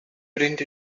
print